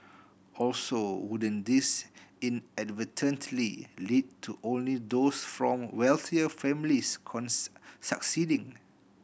also wouldn't this inadvertently lead to only those from wealthier families succeeding